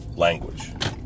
language